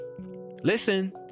listen